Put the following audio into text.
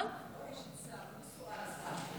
לא אשת שר, היא לא נשואה לשר.